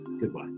Goodbye